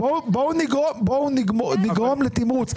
בואו נגרום לתמרוץ.